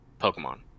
Pokemon